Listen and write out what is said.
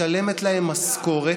דואגים, משלמת להם משכורת.